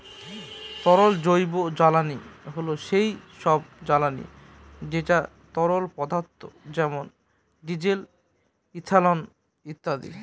তরল জৈবজ্বালানী হল সেই সব জ্বালানি যেটা তরল পদার্থ যেমন ডিজেল, ইথানল ইত্যাদি